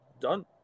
done –